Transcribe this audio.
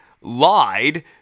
lied